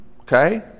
Okay